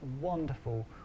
wonderful